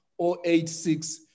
086